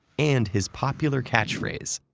and his popular catchphrase,